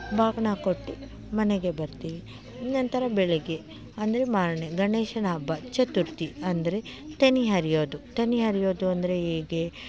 ಬಾಗಿಣ ಕೊಟ್ಟು ಮನೆಗೆ ಬರ್ತೀವಿ ನಂತರ ಬೆಳಗ್ಗೆ ಅಂದರೆ ಮಾರ್ನೆ ಗಣೇಶನ ಹಬ್ಬ ಚತುರ್ಥಿ ಅಂದರೆ ತನಿ ಎರಿಯೋದು ತನಿ ಎರಿಯೋದು ಅಂದರೆ ಹೇಗೆ